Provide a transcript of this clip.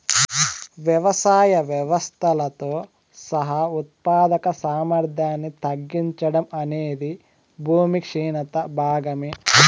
వ్యవసాయ వ్యవస్థలతో సహా ఉత్పాదక సామర్థ్యాన్ని తగ్గడం అనేది భూమి క్షీణత భాగమే